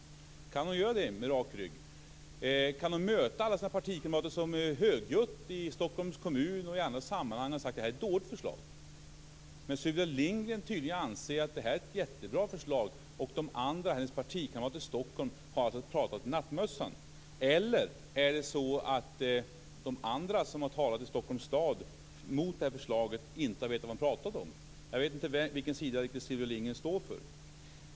Kan hon göra det med rak rygg? Kan hon möta alla sina partikamrater som högljutt i Stockholms kommun och i andra sammanhang har sagt att det här är ett dåligt förslag? Sylvia Lindgren anser tydligen att det här är ett jättebra förslag. Hennes partikamrater i Stockholm har alltså pratat i nattmössan. Eller är det så att de andra som i Stockholms stad har pratat mot förslaget inte har vetat vad de har pratat om? Jag vet inte riktigt på vilken sida Sylvia Lindgren står.